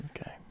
Okay